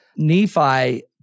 Nephi